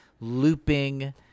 looping